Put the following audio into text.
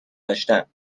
داشتم